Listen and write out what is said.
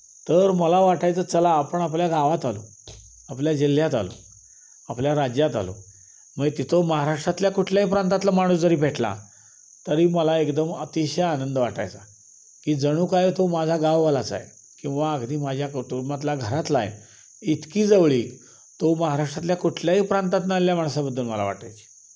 तर मला वाटायचं चला आपण आपल्या गावात आलो आपल्या जिल्ह्यात आलो आपल्या राज्यात आलो मग तिथे महाराष्ट्रातल्या कुठल्याही प्रांतातला माणूस जरी भेटला तरी मला एकदम अतिशय आनंद वाटायचा की जणू काय तो माझा गाववालाच आहे किंवा अगदी माझ्या कुटुंबातला घरातला आहे इतकी जवळीक तो महाराष्ट्रातल्या कुठल्याही प्रांतातनं आल्या माणसाबद्दल मला वाटायची